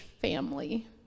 family